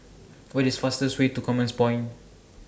What IS fastest Way to Commerce Point